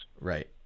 Right